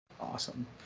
Awesome